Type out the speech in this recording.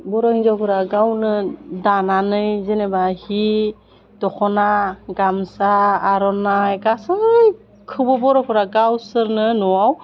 बर' हिन्जावफोरा गावनो दानानै जेनेबा हि दख'ना गामसा आर'नाइ गासैखौबो बर'फोरा गावसोरनो न'आव